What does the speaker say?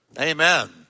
Amen